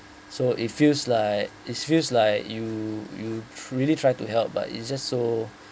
so it feels like it feels like you you really try to help but it's just so